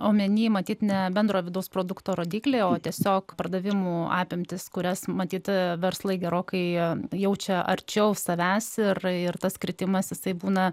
omenyje matyt ne bendro vidaus produkto rodiklį o tiesiog pardavimų apimtis kurias matyti verslai gerokai jie jaučia arčiau savęs ir tas kritimas jisai būna